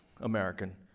American